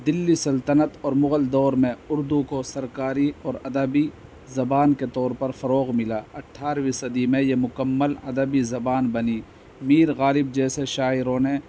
دلی سلطنت اور مغل دور میں اردو کو سرکاری اور ادبی زبان کے طور پر فروغ ملا اٹھارہویں صدی میں یہ مکمل ادبی زبان بنی میر غالب جیسے شاعروں نے